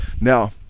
Now